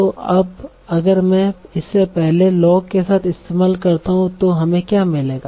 तो अब अगर मैं इसे पहले लॉ के साथ इस्तेमाल करता हूं तो हमें क्या मिलेगा